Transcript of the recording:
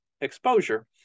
exposure